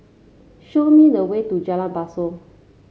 show me the way to Jalan Basong